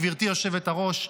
גבירתי היושבת-ראש,